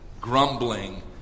grumbling